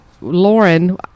Lauren